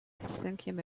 cinquième